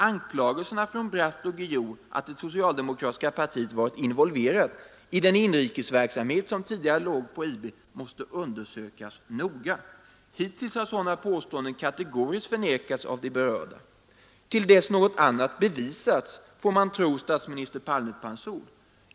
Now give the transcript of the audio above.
Anklagelserna från Bratt och Guillou att det socialdemokratiska partiet varit involverat i den inrikesverksamhet som tidigare låg på IB måste undersökas noga. Hittills har sådana påståenden kategoriskt förnekats av de berörda. Till dess något annat bevisats får man tro statsminister Palme på hans ord.